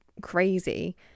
crazy